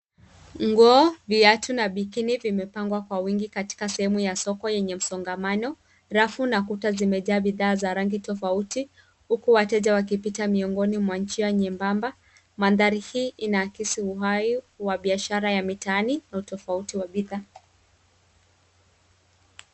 Nguo, viatu na bikini vimepangwa kwa wingi katika sehemu ya soko yenye msongamano. Rafu na kuta zimejaa bidhaa za rangi tofauti huku wateja wakipita miongoni mwa njia nyembamba. Mandhari hii inaakisi uhai wa biashara ya mitaani na utofauti wa bidhaa.